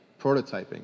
prototyping